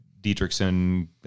Dietrichson